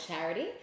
charity